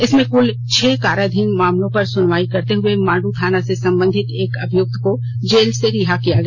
इसमें कुल छह काराधीन मामलों पर सुनवाई करते हुए मांडू थाना से संबंधित एक अभियुक्त को जेल से रिहा किया गया